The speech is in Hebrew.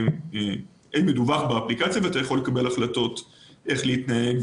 מדוּוח באפליקציה ואתה יכול לקבל החלטות איך להתנהג,